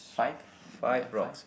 five d~ do you have five